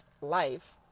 life